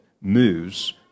moves